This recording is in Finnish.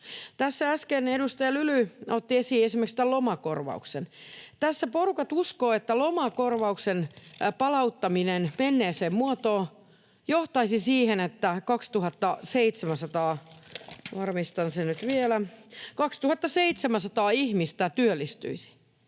äsken edustaja Lyly otti esiin esimerkiksi lomakorvauksen: Tässä porukat uskovat, että lomakorvauksen palauttaminen menneeseen muotoon johtaisi siihen, että 2 700 ihmistä työllistyisi.